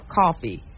coffee